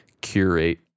curate